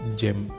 gem